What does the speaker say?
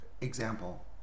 example